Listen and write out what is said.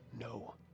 No